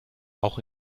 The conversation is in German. auch